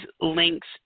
links